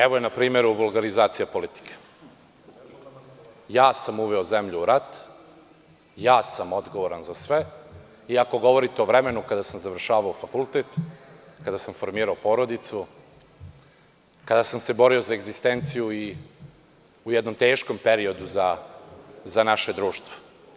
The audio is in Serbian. Evo, ovo je, na primer, vulgarizacija politike – ja sam uveo zemlju u rat, ja sam odgovoran za sve, i ako govorite o vremenu kada sam završavao fakultet, kada sam formirao porodicu, kada sam se borio za egzistenciju u jednom teškom periodu u našem društvu.